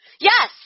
Yes